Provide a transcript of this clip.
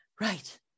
Right